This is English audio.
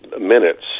minutes